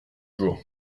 jours